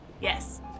Yes